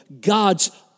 God's